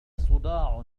صداع